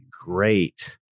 great